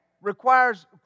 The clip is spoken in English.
requires